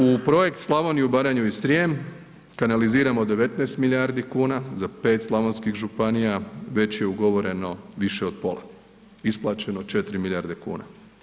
U Projekt „Slavoniju, Baranju i Srijem“ kanaliziramo 19 milijardi kuna za pet slavonskih županija, već je ugovoreno više od pola, isplaćeno 4 milijarde kuna.